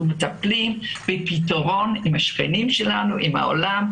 מטפלים בפתרון עם השכנים שלנו ועם העולם,